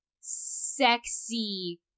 sexy